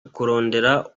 kurondera